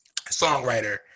songwriter